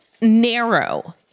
narrow